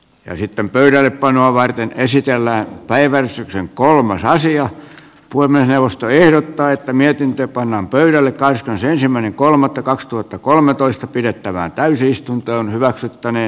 ja sitten pöydällepanoa varten esitellään kaiversi sen kolme raisio voimme neuvosto ehdottaa että mietintö pannaan pöydälle koska se ensimmäinen kolmatta kaksituhattakolmetoista pidettävään täysistuntoon hyväksyttänee